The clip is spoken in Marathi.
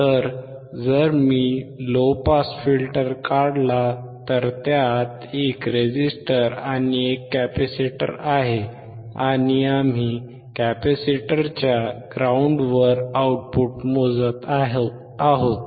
तर जर मी लो पास फिल्टर काढला तर त्यात एक रेझिस्टर आणि एक कॅपेसिटर आहे आणि आम्ही कॅपेसिटरच्या ग्राउंडवर आउटपुट मोजत आहोत